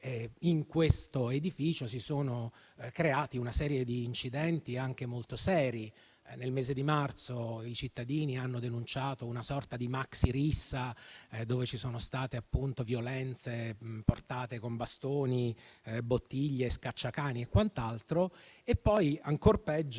in questo edificio si sono avuti una serie di incidenti anche molto seri. Nel mese di marzo i cittadini hanno denunciato una sorta di maxirissa con violenze con bastoni, bottiglie, scacciacani e quant'altro. Ancora peggio,